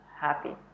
happy